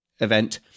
event